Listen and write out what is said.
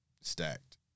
stacked